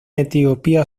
etiopía